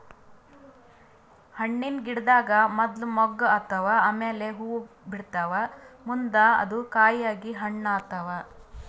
ಹಣ್ಣಿನ್ ಗಿಡದಾಗ್ ಮೊದ್ಲ ಮೊಗ್ಗ್ ಆತವ್ ಆಮ್ಯಾಲ್ ಹೂವಾ ಬಿಡ್ತಾವ್ ಮುಂದ್ ಅದು ಕಾಯಿ ಆಗಿ ಹಣ್ಣ್ ಆತವ್